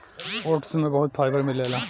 oats में बहुत fibre मिलेला